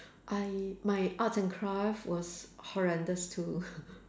I my art and craft was horrendous too